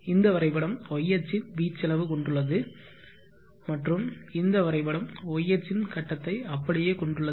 இந்த வரைபடம் y அச்சின் வீச்சளவு கொண்டுள்ளது மற்றும் இந்த வரைபடம் y அச்சின் கட்டத்தை அப்படியே கொண்டுள்ளது